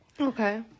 Okay